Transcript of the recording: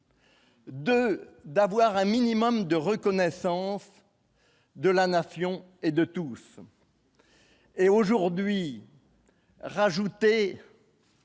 De d'avoir un minimum de reconnaissance de la nation et de tous et aujourd'hui rajouter.